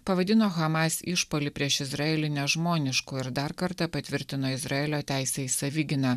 pavadino hamas išpuolį prieš izraelį nežmonišku ir dar kartą patvirtino izraelio teisę į savigyną